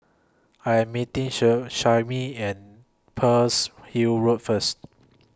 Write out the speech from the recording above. I Am meeting and Pearl's Hill Road First